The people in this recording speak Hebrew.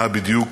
מה בדיוק